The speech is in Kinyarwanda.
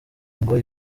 ngo